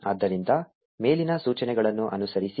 ಆದ್ದರಿಂದ ಮೇಲಿನ ಸೂಚನೆಗಳನ್ನು ಅನುಸರಿಸಿ